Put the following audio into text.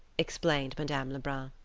explained madame lebrun.